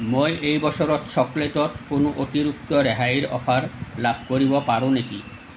মই এই বছৰত চকলেটত কোনো অতিৰিক্ত ৰেহাইৰ অফাৰ লাভ কৰিব পাৰোঁ নেকি